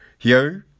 Yo